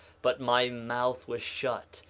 but my mouth was shut,